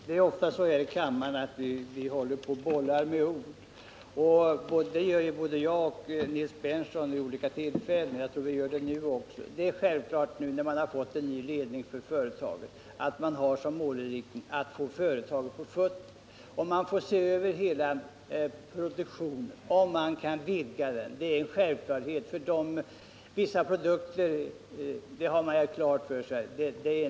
Herr talman! Det är ofta så här i kammaren att vi bollar med ord. Det gör både jag och Nils Berndtson vid olika tillfällen, och jag tror att vi gör det nu också. När företaget nu fått en ny ledning är det självklart att denna har som målinriktning att få företaget på fötter. Man får se över hela produktionen och undersöka om man kan vidga den. Man har klart för sig att vissa produkter inte är lönsamma att tillverka.